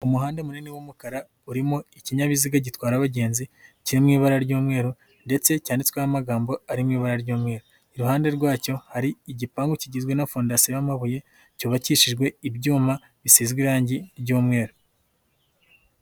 Umuhanda munini w'umukara urimo ikinyabiziga gitwara abagenzi kiri mu ibara ry'umweru ndetse cyanditsweho amagambo ari mu ibara ry'umweru, iruhande rwacyo hari igipangu kigizwe na fondasiyo y'amabuye cyubakishijwe ibyuma bisizwe irangi ry'umweru.